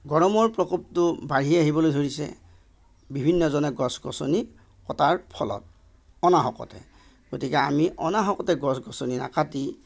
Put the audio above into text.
গৰমৰ প্ৰকোপটো বাঢ়ি আহিবলৈ ধৰিছে বিভিন্নজনে গছ গছনি কটাৰ ফলত অনাহকতে গতিকে আমি অনাহকতে গছ গছনি নাকাটি